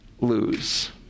lose